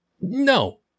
No